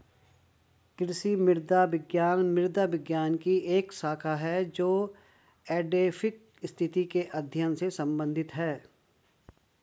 कृषि मृदा विज्ञान मृदा विज्ञान की एक शाखा है जो एडैफिक स्थिति के अध्ययन से संबंधित है